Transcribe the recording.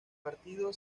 partido